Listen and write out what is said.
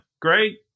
Great